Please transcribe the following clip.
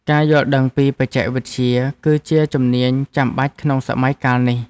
ការយល់ដឹងពីបច្ចេកវិទ្យា គឺជាជំនាញចាំបាច់ក្នុងសម័យកាលនេះ។